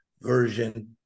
version